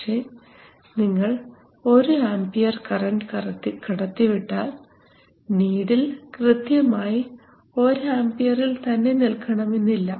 പക്ഷേ നിങ്ങൾ 1 ampere current കടത്തിവിട്ടാൽ നീഡിൽ കൃത്യമായി 1 ആമ്പിയറിൽ തന്നെ നിൽക്കണമെന്നില്ല